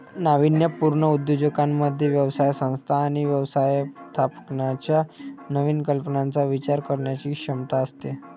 नाविन्यपूर्ण उद्योजकांमध्ये व्यवसाय संस्था आणि व्यवस्थापनाच्या नवीन कल्पनांचा विचार करण्याची क्षमता असते